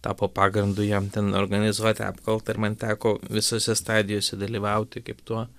tapo pagrindu jam ten organizuoti apkaltą ir man teko visose stadijose dalyvauti kaip tuo